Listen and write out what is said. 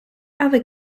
other